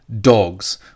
dogs